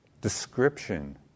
description